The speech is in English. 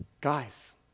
guys